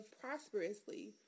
prosperously